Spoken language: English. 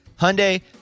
Hyundai